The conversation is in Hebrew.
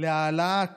להעלאת